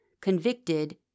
convicted